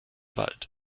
wald